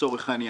לצורך העניין,